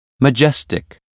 majestic